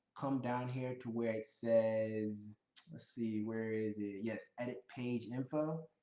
come down here to where it says, let's see, where is it? yes, edit page info.